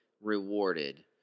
rewarded